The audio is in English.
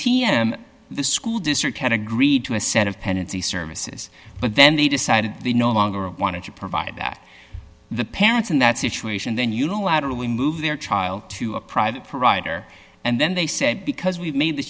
m the school district had agreed to a set of pendency services but then they decided they no longer wanted to provide that the parents in that situation then you laterally move their child to a private provider and then they say because we've made th